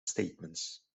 statements